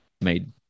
made